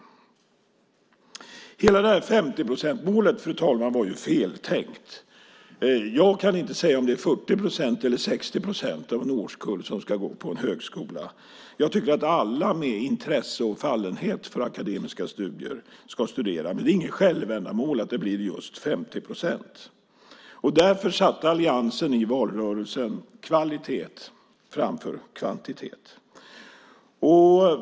Fru talman! Målet på 50 procent var feltänkt. Jag kan inte säga om det är 40 procent eller 60 procent av en årskull som ska gå på en högskola. Jag tycker att alla med intresse och fallenhet för akademiska studier ska studera, men det är inget självändamål att det blir just 50 procent. Därför satte alliansen i valrörelsen kvalitet framför kvantitet.